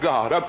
God